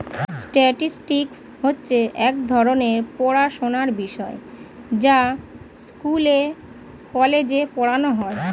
statistics হচ্ছে এক ধরণের পড়াশোনার বিষয় যা স্কুলে, কলেজে পড়ানো হয়